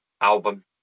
album